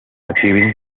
achieving